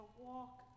walk